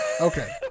Okay